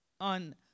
on